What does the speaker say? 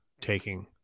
taking